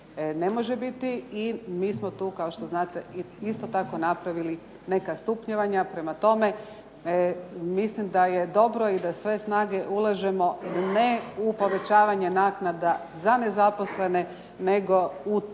ne može biti i mi smo tu, kao što znate, isto tako napravili neka stupnjevanja. Prema tome, mislim da je dobro i da sve snage ulažemo ne u povećavanje naknada za nezaposlene nego u to